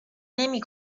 نمی